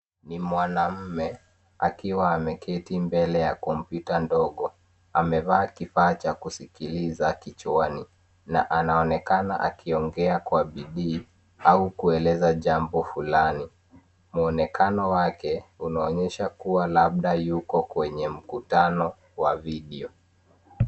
Ni mwanamme akiwa ameketi mbele ya kompyuta ndogo. Amevaa kifaa cha kusikiliza kichwani na anaonekana akiongea kwa bidii au kueleza jambo fulani. Mwonekano wake unaonyesha kuwa labda yuko kwenye mkutano wa video.